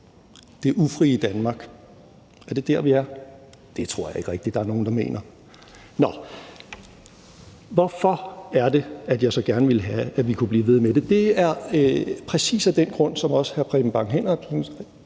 Det ufrie Danmark – er det der, vi er? Det tror jeg ikke rigtig der er nogen der mener. Hvorfor er det, at jeg så gerne vil have, at vi kunne blive ved med det? Det er præcis af de grunde, som også hr. Preben Bang Henriksen